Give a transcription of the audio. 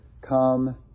come